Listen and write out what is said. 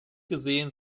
gesehen